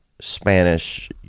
Spanish